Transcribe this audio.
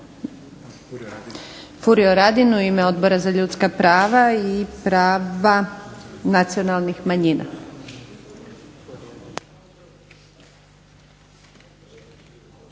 Furio Radin u ime Odbora za ljudska prava i prava nacionalnih manjina.